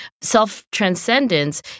self-transcendence